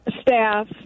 staff